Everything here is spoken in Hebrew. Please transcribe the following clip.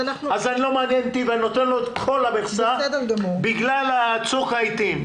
אז אני נותן לו את כל המכסה בגלל צוק העיתים.